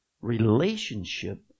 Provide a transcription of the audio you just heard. Relationship